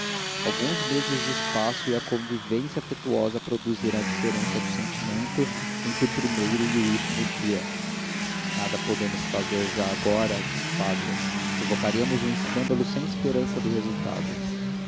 alguns meses de espaço e a convivência afetuosa produziram a diferença de sentimento entre o primeiro e o último dia nada podemos fazer já agora disse o padre provocaríamos um escândalo sem esperança do resultado